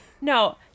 no